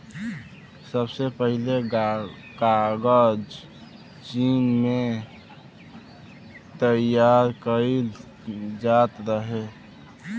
सबसे पहिले कागज चीन में तइयार कइल जात रहे